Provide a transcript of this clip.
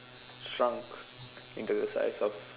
shrunk into the size of